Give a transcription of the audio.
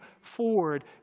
forward